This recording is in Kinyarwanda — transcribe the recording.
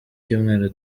cyumweru